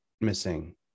missing